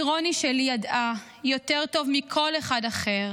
כי רוני שלי ידעה יותר טוב מכל אחד אחר,